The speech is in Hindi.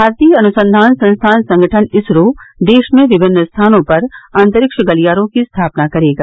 भारतीय अनुसंधान संस्थान संगठन इसरो देश में विभिन्न स्थानों पर अंतरिक्ष गलियारों की स्थापना करेगा